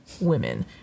women